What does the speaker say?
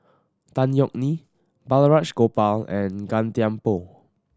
Tan Yeok Nee Balraj Gopal and Gan Thiam Poh